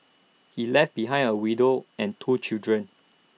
he left behind A widow and two children